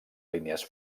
línies